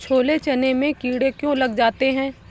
छोले चने में कीड़े क्यो लग जाते हैं?